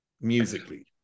musically